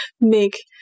make